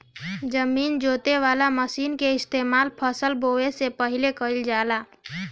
जमीन जोते वाला मशीन के इस्तेमाल फसल बोवे से पहिले कइल जाला